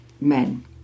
men